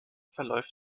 verläuft